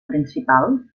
principal